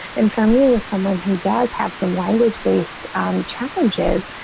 and for me, with someone who does have some language based challenges.